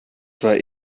zwar